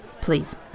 please